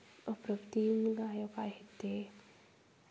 अप्रतिम गायक आहेत ते